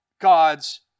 God's